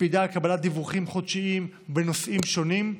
מקפידה על קבלת דיווחים חודשיים בנושאים שונים,